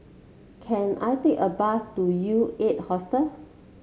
can I take a bus to U Eight Hostel